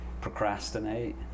procrastinate